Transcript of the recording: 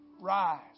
Rise